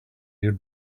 your